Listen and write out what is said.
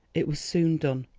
it was soon done.